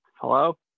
hello